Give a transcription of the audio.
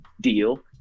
deal